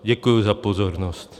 Děkuji za pozornost.